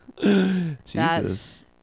Jesus